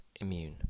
immune